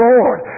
Lord